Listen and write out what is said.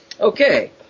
Okay